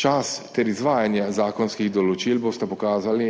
Čas ter izvajanje zakonskih določil bosta pokazali